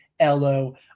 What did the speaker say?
LO